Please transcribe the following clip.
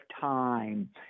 time